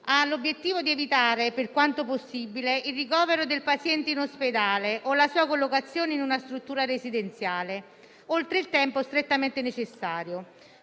con l'obiettivo di evitare, per quanto possibile, il ricovero del paziente in ospedale o la sua collocazione in una struttura residenziale oltre il tempo strettamente necessario.